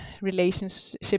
relationship